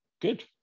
good